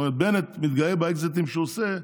בנט מתגאה באקזיטים שהוא עושה,